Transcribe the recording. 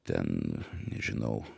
ten nežinau